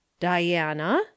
diana